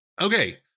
Okay